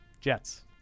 Jets